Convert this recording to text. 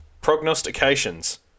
Prognostications